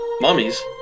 mummies